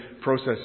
process